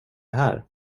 här